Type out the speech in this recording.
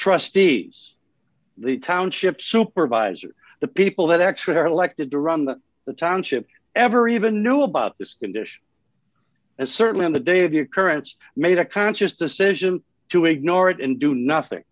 trustees the township supervisor the people that actually are lek to the run that the township ever even knew about this condition and certainly on the day of your current's made a conscious decision to ignore it and do nothing